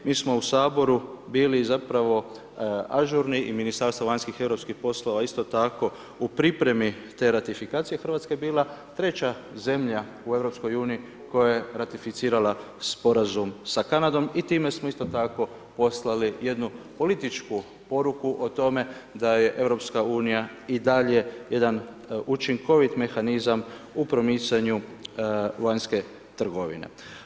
Mi smo u Saboru bili zapravo ažurni i Ministarstvo vanjskih i europskih poslova isto tako u pripremi te ratifikacije, Hrvatska je bila 3. zemlja u EU koja je ratificirala sporazum sa Kanadom i time smo isto tako poslali jednu političku poruku o tome da je EU i dalje jedan učinkovit mehanizam u promicanju vanjske trgovine.